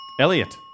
Elliot